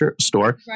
store